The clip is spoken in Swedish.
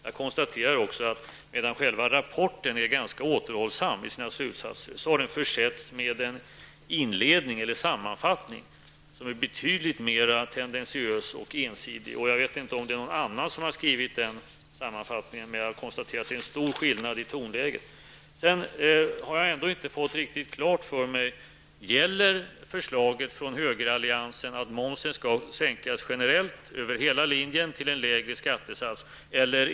Jag konstaterar också att själva rapporten är ganska återhållsam i sina slutsatser, samtidigt som den har försetts med en inledning eller sammanfattning som är betydligt mer tendensiös och ensidig. Jag vet inte om det är någon annan som har skrivit den, men jag konstaterar att det är stor skillnad i tonläget. Jag har ändå inte riktigt fått klart för mig om förslaget från högeralliansen, att momsen skall sänkas över hela linjen till en lägre skattesats, gäller.